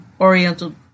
oriental